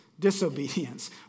disobedience